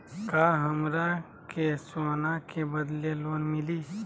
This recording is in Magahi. का हमरा के सोना के बदले लोन मिलि?